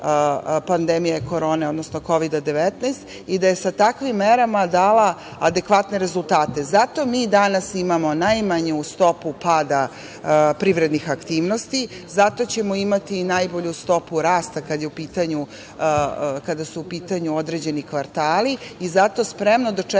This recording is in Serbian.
pandemije korone, odnosno Kovida-19 i da je sa takvim merama dala adekvatne rezultate. Zato mi danas imamo najmanju stopu pada privrednih aktivnosti. Zato ćemo imati i najbolju stopu rasta kada su u pitanju određeni kvartali. Zato spremno dočekujemo